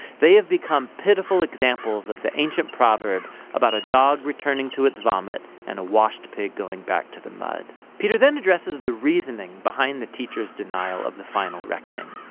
they have become pitiful examples of the ancient proverb about a dog returning to its vomit and a washed pig going back to the mud. peter then addresses the reasoning behind the teachers denial of the final reckoning.